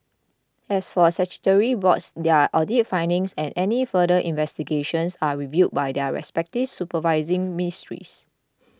as for statutory boards their audit findings and any further investigations are reviewed by their respective supervising ministries